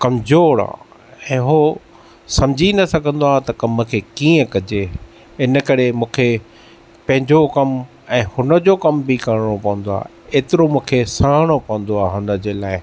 कमज़ोर आहे ऐ हू सम्झी न सघंदो आहे त कमु खे कीअं कजे हिन करे मूंखे पंहिंजो कमु ऐं हुन जो कमु बि करणो पवंदो आहे एतिरो मूंखे सहणो पवंदो आहे हुनजे लाइ